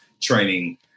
training